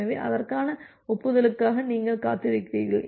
எனவே அதற்கான ஒப்புதலுக்காக நீங்கள் காத்திருக்கிறீர்கள்